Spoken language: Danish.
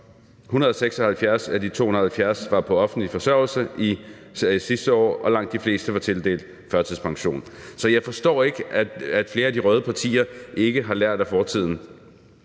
176 af de 270 var på offentlig forsørgelse sidste år, og langt de fleste var tildelt førtidspension. Så jeg forstår ikke, at flere af de røde partier ikke har lært af fortiden.